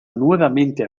nuevamente